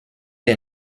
est